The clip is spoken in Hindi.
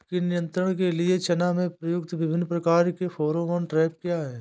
कीट नियंत्रण के लिए चना में प्रयुक्त विभिन्न प्रकार के फेरोमोन ट्रैप क्या है?